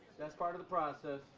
that's part of the process.